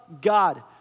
God